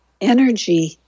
Energy